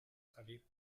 salir